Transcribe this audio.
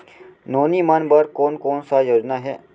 नोनी मन बर कोन कोन स योजना हे?